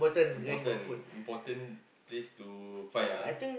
important important place to find ah